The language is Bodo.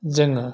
जोङो